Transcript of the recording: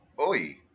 Oi